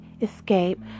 escape